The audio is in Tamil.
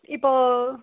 இப்போது